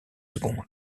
seconde